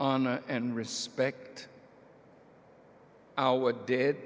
honor and respect our dead